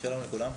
שלום לכולם.